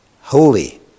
holy